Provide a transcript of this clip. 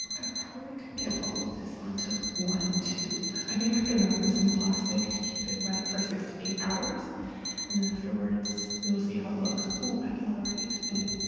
i probably could get all of this on to one tube. i think i have to wrap this in plastic to keep it wet for six to eight hours and then afterwards we'll see how it looks. ooh, i can already see.